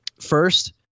First